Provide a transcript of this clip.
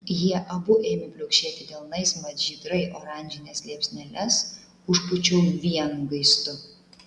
jie abu ėmė pliaukšėti delnais mat žydrai oranžines liepsneles užpūčiau vienu gaistu